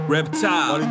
Reptile